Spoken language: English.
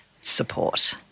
support